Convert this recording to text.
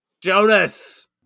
Jonas